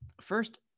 first